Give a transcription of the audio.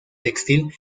textil